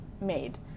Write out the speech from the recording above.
made